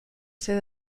ser